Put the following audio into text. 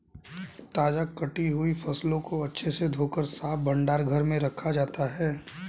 ताजा कटी हुई फसलों को अच्छे से धोकर साफ भंडार घर में रखा जाता है